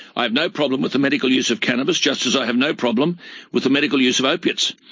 i have no problem with the medical use of cannabis, just as i have no problem with the medical use of opiates.